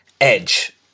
edge